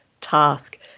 task